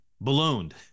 Ballooned